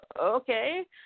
okay